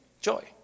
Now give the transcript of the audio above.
joy